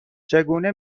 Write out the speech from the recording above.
چگونه